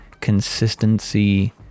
consistency